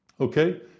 Okay